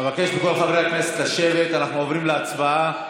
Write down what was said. אבקש מכל חברי הכנסת לשבת, אנחנו עוברים להצבעה.